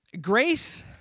grace